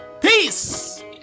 peace